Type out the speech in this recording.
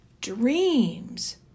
Dreams